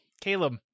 Caleb